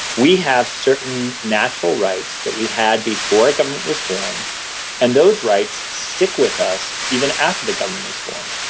we have certain natural rights that we had before government was formed and those rights stick with us even after the government is formed.